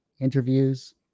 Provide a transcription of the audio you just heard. interviews